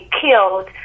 killed